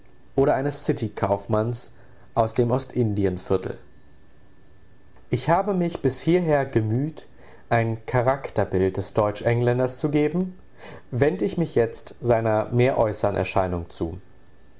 oder eines city kaufmanns aus dem ostindien viertel ich habe mich bis hierher gemüht ein charakterbild des deutsch engländers zu geben wend ich mich jetzt seiner mehr äußeren erscheinung zu